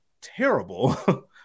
terrible